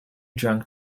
drunk